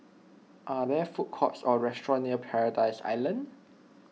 are there food courts or restaurants near Paradise Island